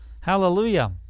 hallelujah